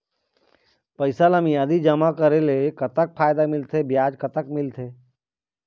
पैसा ला मियादी जमा करेले, कतक फायदा मिलथे, ब्याज कतक मिलथे?